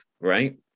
right